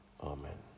Amen